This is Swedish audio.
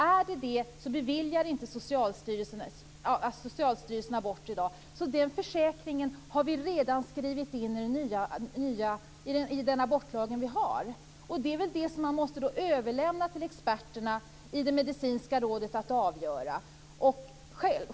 Är det det beviljar inte Socialstyrelsen abort. Den försäkringen har vi redan skrivit i den abortlag vi har. Det är väl detta som man måste överlämna till experterna i det medicinska rådet att avgöra.